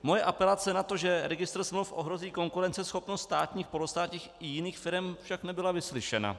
Moje apelace na to, že registr smluv ohrozí konkurenceschopnost státních, polostátních i jiných firem, však nebyla vyslyšena.